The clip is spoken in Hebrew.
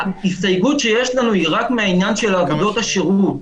ההסתייגות שיש לנו היא רק מהעניין של עבודות השירות.